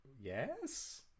Yes